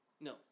No